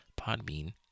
Podbean